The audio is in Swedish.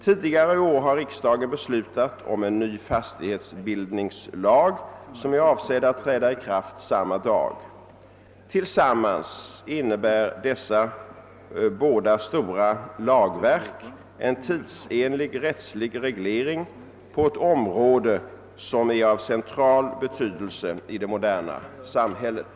Tidigare i år har riksdagen beslutat om en ny fastighetsbildningslag som är avsedd att träda i kraft samma dag. Tillsammans innebär dessa båda stora lagverk en tidsenlig rättslig reglering på ett område som är av central betydelse i det moderna samhället.